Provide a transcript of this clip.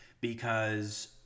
because-